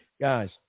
guys